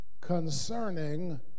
concerning